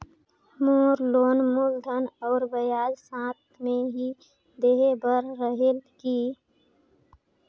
मोर loan मूलधन और ब्याज साथ मे ही देहे बार रेहेल की?